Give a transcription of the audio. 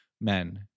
men